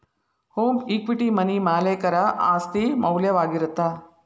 home equity money ಮಾಲೇಕರ ಆಸ್ತಿ ಮೌಲ್ಯವಾಗಿರತ್ತ